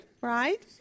right